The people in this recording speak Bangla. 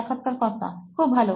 সাক্ষাৎকারকর্তা খুব ভালো